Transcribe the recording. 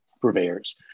purveyors